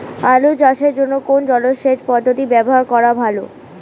আলু চাষের জন্য কোন জলসেচ পদ্ধতি ব্যবহার করা ভালো?